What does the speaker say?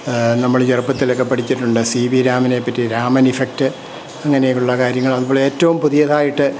നമ്മൾ ചെറുപ്പത്തിലൊക്കെ പഠിച്ചിട്ടുണ്ട് സി വി രാമനെ പറ്റി രാമൻ ഇഫക്ട് അങ്ങനെയുള്ള കാര്യങ്ങൾ അതുപോലെ ഏറ്റവും പുതിയതായിട്ട്